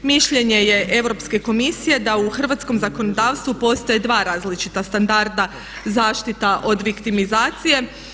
Mišljenje je EU komisije da u hrvatskom zakonodavstvu postoje dva različita standarda – zaštita od viktimizacije.